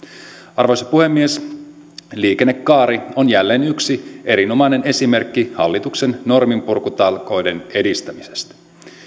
arvoisa puhemies liikennekaari on jälleen yksi erinomainen esimerkki hallituksen norminpurkutalkoiden edistämisestä